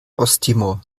osttimor